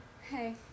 hey